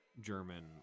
German